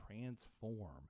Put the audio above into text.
transform